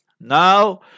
now